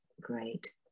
great